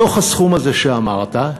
בתוך הסכום הזה שאמרת,